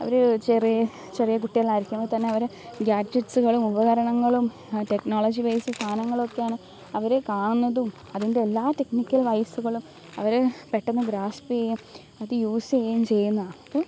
അവര് ചെറിയ ചെറിയ കുട്ടികള് ആയിരിക്കുമ്പോള്ത്തന്നെ അവരെ ഗാഡ്ജറ്റ്സുകളും ഉപകരണങ്ങളും ടെക്നോളജി വൈസ് സാധനങ്ങളുമൊക്കെയാണ് അവര് കാണുന്നതും അതിൻ്റെ എല്ലാം ടെക്നിക്കൽ വൈസുകളും അവര് പെട്ടെന്ന് ഗ്രാസ്പേയ്യെം അത് യൂസേയെം ചെയ്യുന്നതാണ് അപ്പോള്